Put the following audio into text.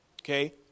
okay